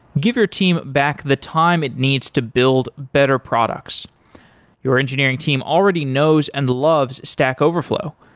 give your team back the time it needs to build better products your engineering team already knows and loves stack overflow.